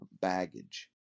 baggage